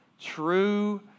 true